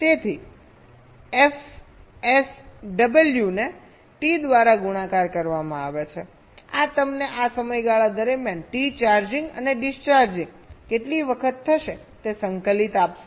તેથી એફએસડબલ્યુને ટી દ્વારા ગુણાકાર કરવામાં આવે છે આ તમને આ સમયગાળા દરમિયાન ટી ચાર્જિંગ અને ડિસ્ચાર્જિંગ કેટલી વખત થશે તે સંકલિત આપશે